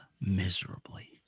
miserably